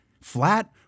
Flat